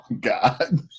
god